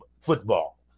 football